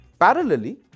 Parallelly